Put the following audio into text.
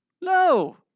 no